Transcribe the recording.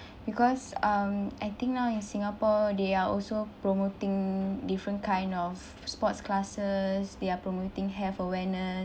because um I think now in singapore they are also promoting different kind of sports classes they are promoting health awareness